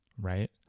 right